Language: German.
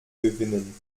gewinnen